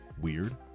weird